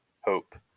hope